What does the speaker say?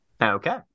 Okay